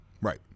Right